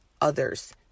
others